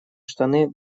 штаны